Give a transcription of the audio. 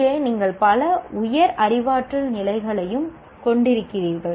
இங்கே நீங்கள் பல உயர் அறிவாற்றல் நிலைகளையும் கொண்டிருக்கிறீர்கள்